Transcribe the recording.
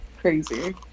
crazy